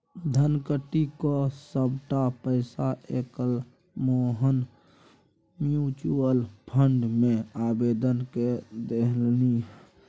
धनकट्टी क सभटा पैसा लकए मोहन म्यूचुअल फंड मे आवेदन कए देलनि